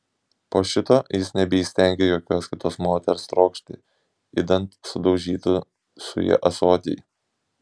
po šito jis nebeįstengė jokios kitos moters trokšti idant sudaužytų su ja ąsotį